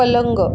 पलंग